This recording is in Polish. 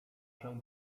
się